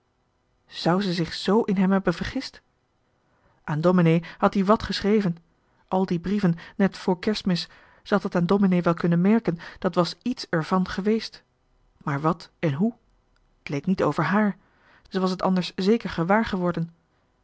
zoù ze zich z in hem hebben vergist aan domenee had ie wàt geschreven al die brieven net vr kers'mis ze had het aan domenee wel kunnen merken dat was iets ervan wel geweest maar wat en hoe t leek niet over haar ze was het anders zeker gewaar geworden